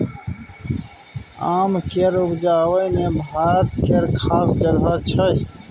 आम केर उपज मे भारत केर खास जगह छै